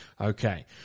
Okay